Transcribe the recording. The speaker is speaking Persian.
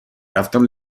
رفتم